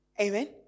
Amen